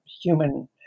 human